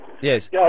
Yes